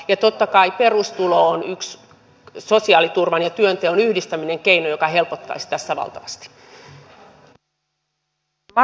ja totta kai perustulo sosiaaliturvan ja työnteon yhdistäminen on yksi keino joka helpottaisi tässä valtavasti